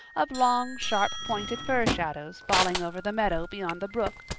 of long, sharp-pointed fir shadows falling over the meadow beyond the brook,